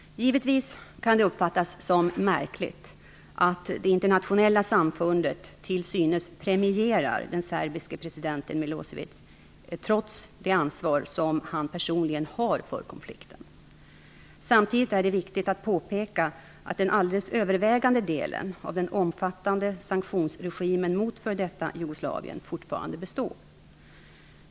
Givetvis kan det uppfattas som märkligt att det internationella samfundet till synes premierar den serbiske presidenten Milosevic, trots det ansvar som han personligen har för konflikten. Samtidigt är det viktigt att påpeka att den alldeles övervägande delen av den omfattande sanktionsregimen mot f.d. Jugoslavien fortfarande består.